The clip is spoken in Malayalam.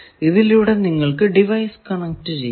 ഇതിലൂടെ നിങ്ങൾക്കു ഡിവൈസ് കണക്ട് ചെയ്യാം